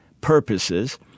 purposes